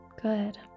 Good